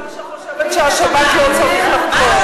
יש קבוצה שחושבת שהשב"כ לא צריך לחקור.